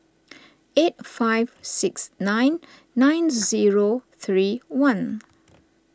eight five six nine nine zero three one